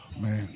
man